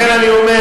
לכן אני אומר,